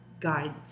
guide